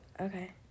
Okay